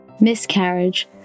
Miscarriage